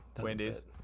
Wendy's